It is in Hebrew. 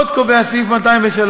עוד קובע סעיף 203,